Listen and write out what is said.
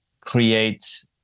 create